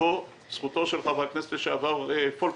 בזכותו של חבר הכנסת לשעבר פולקמן,